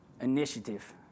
Initiative